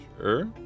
sure